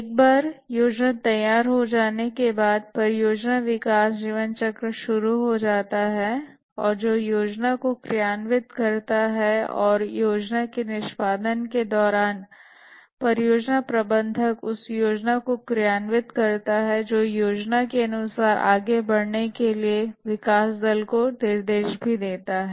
एक बार योजना तैयार हो जाने के बाद परियोजना विकास जीवनचक्र शुरू हो जाता है और जो योजना को क्रियान्वित करता है और योजना के निष्पादन के दौरान परियोजना प्रबंधक उस योजना को क्रियान्वित करता है जो योजना के अनुसार आगे बढ़ने के लिए विकास दल को निर्देश देती है